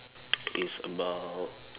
is about